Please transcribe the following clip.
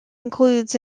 includes